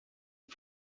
die